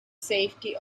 safety